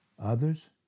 Others